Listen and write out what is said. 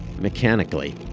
mechanically